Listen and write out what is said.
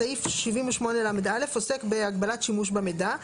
סעיף 78לא עוסק בהגבלת שימוש במידע,